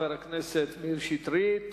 חבר הכנסת מאיר שטרית,